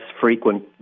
frequent